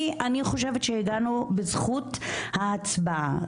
אני חושבת שהגענו בזכות ההצבעה,